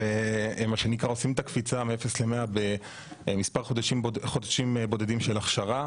והם מה שנקרא עושים את הקפיצה מאפס למאה במספר חודשים בודדים של הכשרה.